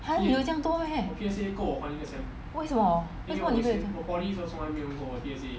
!huh! 你有这么多 meh 为什么为什么你会有这么多